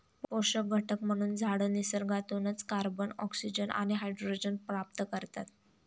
पोषक घटक म्हणून झाडं निसर्गातूनच कार्बन, ऑक्सिजन आणि हायड्रोजन प्राप्त करतात